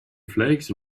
flakes